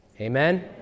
Amen